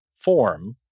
form